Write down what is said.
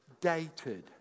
dated